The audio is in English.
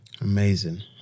Amazing